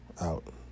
out